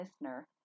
listener